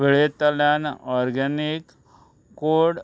वेळयेंतल्यान organic code